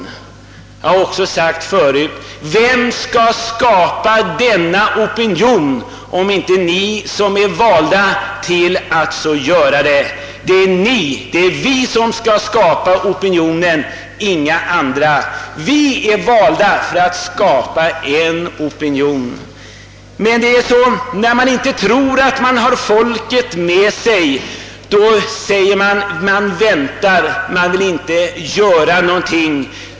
Såsom jag har frågat tidigare: Vem skall skapa opinion om inte vi som är valda därtill? Det är vi som skall göra detta, inga andra. Vi är valda för att skapa opinion i en fråga som denna. Men när man här inte tror att man har folket med sig, så väntar man och vill inte göra någonting.